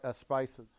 spices